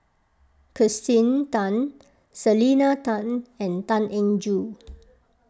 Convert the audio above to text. Kirsten Tan Selena Tan and Tan Eng Joo